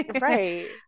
Right